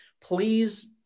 Please